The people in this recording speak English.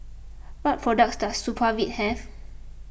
what products does Supravit have